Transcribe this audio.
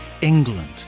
England